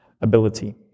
ability